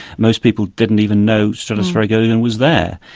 most people didn't even know stratospheric ozone was there.